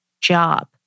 job